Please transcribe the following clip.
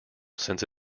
since